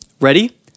Ready